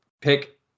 pick